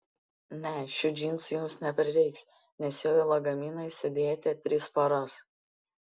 ne šių džinsų jums neprireiks nes jau į lagaminą įsidėjote tris poras